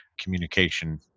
communication